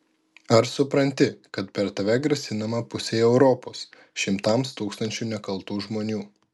ar supranti kad per tave grasinama pusei europos šimtams tūkstančių nekaltų žmonių